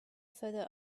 further